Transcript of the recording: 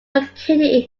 located